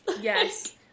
yes